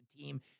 team